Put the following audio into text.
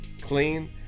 clean